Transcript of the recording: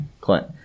Clint